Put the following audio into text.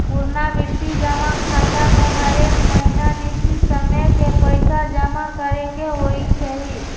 पुरनावृति जमा खता में हरेक महीन्ना निश्चित समय के पइसा जमा करेके होइ छै